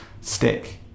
Stick